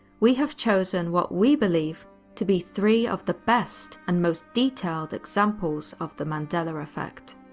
we have chosen what we believe to be three of the best and most detailed examples of the mandela effect.